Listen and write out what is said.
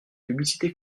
publicité